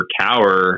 cower